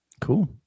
Cool